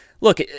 look